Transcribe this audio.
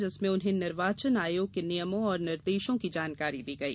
जिसमें उन्हें निर्वाचन आयोग के नियमों और निर्देशों की जानकारी दी गई